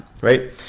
right